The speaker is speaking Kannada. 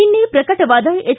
ನಿನ್ನೆ ಪ್ರಕಟವಾದ ಎಸೆ